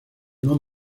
non